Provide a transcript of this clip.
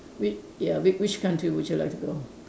whi~ ya which country would you like to go